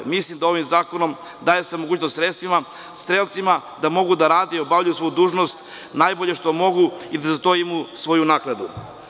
Mislim da se ovim zakonom daje mogućnost strelcima da mogu da rade i obavljaju svoju dužnost najbolje što mogu i da za to imaju svoju naknadu.